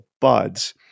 buds